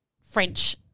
French